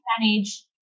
manage